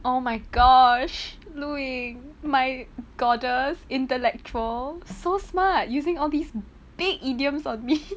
oh my gosh lu ying my goddess intellectual so smart using all these big idioms on me